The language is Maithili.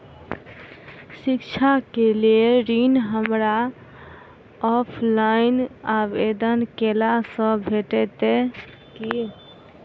शिक्षा केँ लेल ऋण, हमरा ऑफलाइन आवेदन कैला सँ भेटतय की?